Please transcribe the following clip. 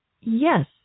Yes